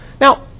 Now